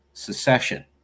secession